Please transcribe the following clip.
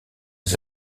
les